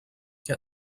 get